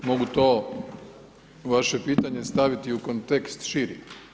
Mogu to vaše pitanje staviti u kontekst širi.